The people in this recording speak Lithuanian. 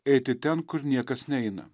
eiti ten kur niekas neina